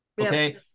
Okay